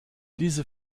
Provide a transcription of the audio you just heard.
diese